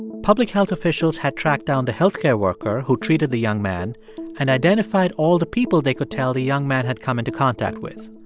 public health officials had tracked down the health care worker who treated the young man and identified all the people they could tell the young man had come into contact with.